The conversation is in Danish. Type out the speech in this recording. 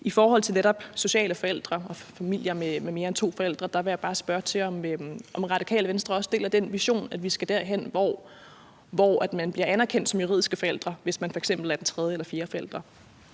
I forhold til netop sociale forældre og familier med mere end to forældre vil jeg bare spørge, om Radikale Venstre også deler den vision, at vi skal derhen, hvor man bliver anerkendt som juridisk forælder, hvis man f.eks. er den tredje eller fjerde forælder.